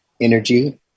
energy